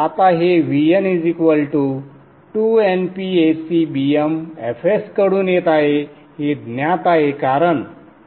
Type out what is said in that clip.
आता हे Vn2Np Ac Bm fs कडून येत आहे हे ज्ञात आहे कारण